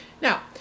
Now